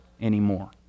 anymore